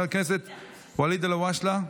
חבר הכנסת ואליד אלהואשלה,